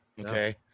okay